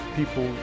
people